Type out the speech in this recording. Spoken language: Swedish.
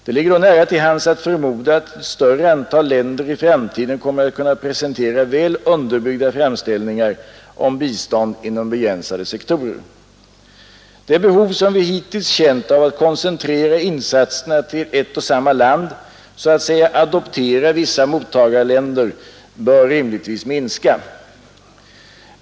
Det ligger då nära till hands att förmoda att ett större antal länder i framtiden kommer att kunna presentera väl underbyggda framställningar om bistånd inom begränsade sektorer. Det behov som vi hittills känt av att koncentrera insatserna till ett och samma land, så att säga adoptera vissa mottagarländer, bör rimligtvis minska.